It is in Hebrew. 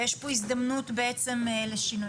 יש פה הזדמנות בעצם לשינוי.